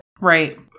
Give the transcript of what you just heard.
Right